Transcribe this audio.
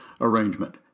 arrangement